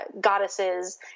goddesses